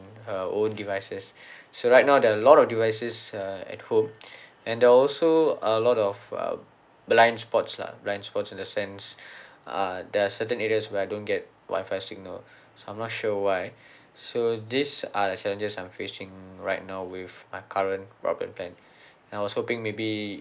her own devices so right now there are a lot of devices uh at home and there are also a lot of uh blind sports lah blind spots in the sense uh there are certain areas where I don't get wi-fi signal so I'm not sure why so these are the challenges I'm facing right now with my current broadband plan and I was hoping maybe